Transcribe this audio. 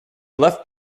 left